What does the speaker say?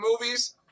movies